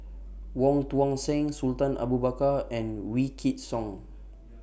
Wong Tuang Seng Sultan Abu Bakar and Wykidd Song